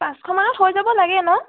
পাঁচশমানত হৈ যাব লাগে ন